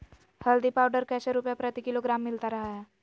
हल्दी पाउडर कैसे रुपए प्रति किलोग्राम मिलता रहा है?